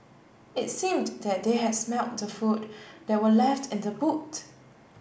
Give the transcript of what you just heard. it seemed that they had smelt the food that were left in the boot